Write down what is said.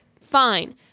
fine